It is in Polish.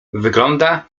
wygląda